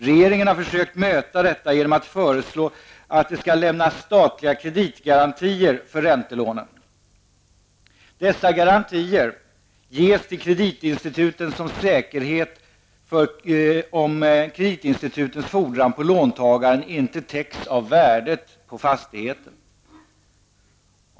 Regeringen har försökt möta detta genom att föreslå att det skall lämnas statliga kreditgarantier för räntelånen. Dessa garantier ges till kreditinstituten som säkerhet om kreditinstitutens fordran på låntagaren inte täcks av värdet på fastigheten.